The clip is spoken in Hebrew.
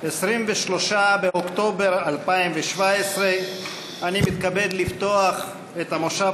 23 באוקטובר 2017. אני מתכבד לפתוח את המושב